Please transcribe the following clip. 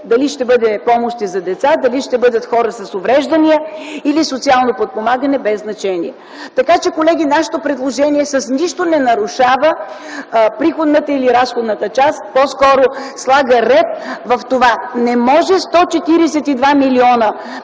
дали ще бъде помощи за деца, дали ще бъдат хора с увреждания или социално подпомагане, без значение. Така че, колеги, нашето предложение с нищо не нарушава приходната или разходната част. По-скоро слага ред в това. Не може 142 милиона